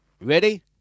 Ready